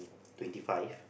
twenty five